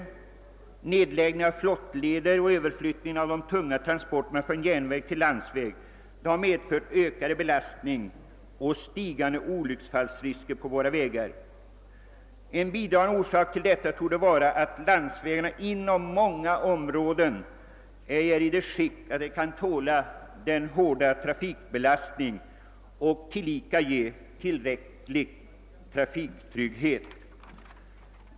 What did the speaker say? Detta har tillsammans med nedläggningen av flottleder och överflyttningen av de tunga transporterna från järnväg till landsväg medfört större belastning och ökade olycksfallsrisker på våra vägar. En bidragande orsak till detta torde vara att landsvägarna inom många områden inte är i sådant skick att de tål den hårda trafikbelasiningen och tillika ger tillräcklig trafiktrygghet.